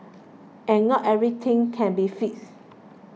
and not everything can be fixed